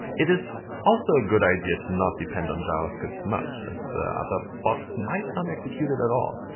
it is also a good idea to not depend on javascript too much, as other bots might not execute it at all.